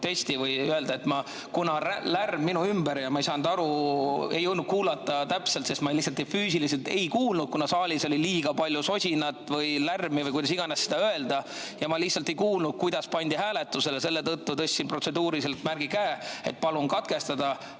protesti või öelda, et minu ümber oli lärm ja ma ei saanud aru. Ei olnud kuulda täpselt, ma lihtsalt füüsiliselt ei kuulnud, kuna saalis oli liiga palju sosinat või lärmi või kuidas iganes seda öelda. Ma lihtsalt ei kuulnud, kuidas eelnõu pandi hääletusele. Selle tõttu tõstsin protseduurilise märgi käe, et palun katkestada,